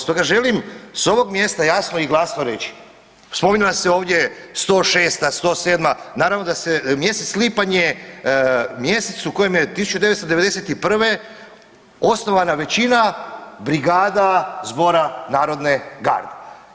Stoga želim s ovog mjesta jasno i glasno reći, spominjala se ovdje 106-ta, 107-ta, naravno da se, mjesec lipanj je mjesec u kojem je 1991. osnovana većina brigada zbora narodne garde.